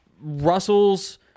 russell's